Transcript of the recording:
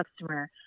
customer